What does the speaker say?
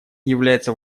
является